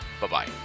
Bye-bye